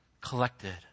collected